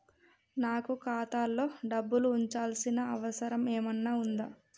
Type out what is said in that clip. నాకు ఖాతాలో డబ్బులు ఉంచాల్సిన అవసరం ఏమన్నా ఉందా?